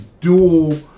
dual